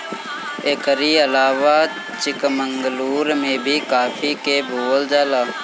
एकरी अलावा चिकमंगलूर में भी काफी के बोअल जाला